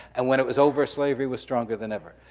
and when it was over, slavery was stronger than ever.